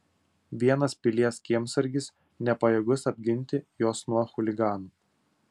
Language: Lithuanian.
vienas pilies kiemsargis nepajėgus apginti jos nuo chuliganų